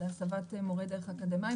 להסבת מורי דרך אקדמאים.